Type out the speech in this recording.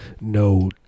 no